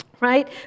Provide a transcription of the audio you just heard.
right